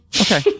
Okay